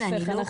ההיפך, אני לא.